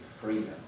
freedom